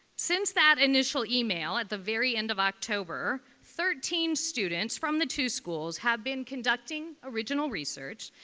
since that initial email at the very end of october, thirteen students from the two schools have been conducting original research.